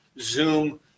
Zoom